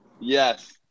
Yes